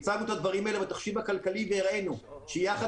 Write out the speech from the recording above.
הצגנו את הדברים האלה בתחשיב הכלכלי והראינו שיחד